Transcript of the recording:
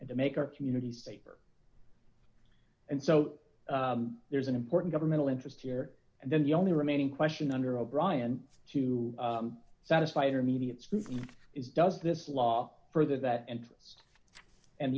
and to make our communities safer and so there's an important governmental interest here and then the only remaining question under o'brien to satisfy her media scrutiny is does this law further that and and